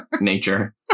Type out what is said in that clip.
Nature